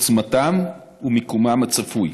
על עוצמתם ועל מיקומם הצפוי.